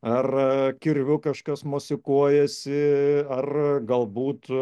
ar kirviu kažkas mosikuojasi ar galbūt